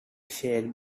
shake